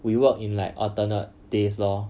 we work in like alternate days lor